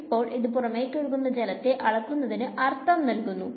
ഇപ്പോൾ ഇത് പുറമേക്കുകൊഴുകുന്ന ജലത്തെ അളക്കുന്നതിനു അർത്ഥം നൽകുന്നു